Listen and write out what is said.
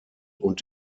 und